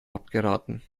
abgeraten